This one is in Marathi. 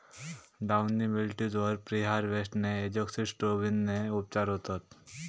डाउनी मिल्ड्यूज वर प्रीहार्वेस्ट एजोक्सिस्ट्रोबिनने उपचार होतत